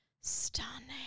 stunning